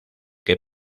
que